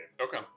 Okay